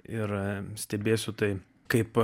ir stebėsiu tai kaip